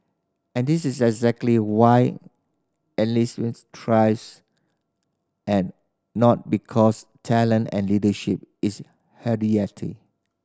and this is exactly why thrives and not because talent and leadership is